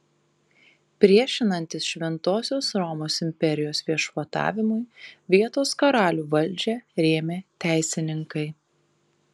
priešinantis šventosios romos imperijos viešpatavimui vietos karalių valdžią rėmė teisininkai